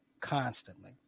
constantly